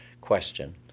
question